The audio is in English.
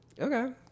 okay